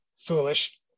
foolish